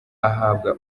ahabwa